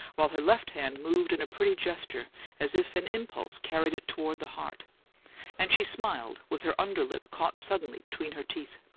while her left hand moved in a pretty gesture as if an impulse carried it toward the heart and she smiled, with her under lip caught suddenly between her teeth.